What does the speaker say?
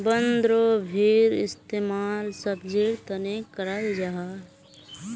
बन्द्गोभीर इस्तेमाल सब्जिर तने कराल जाहा